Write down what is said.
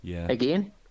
again